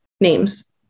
names